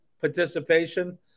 participation